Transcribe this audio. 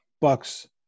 Bucks